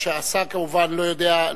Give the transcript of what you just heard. השר כמובן לא יודע,